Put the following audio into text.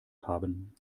haben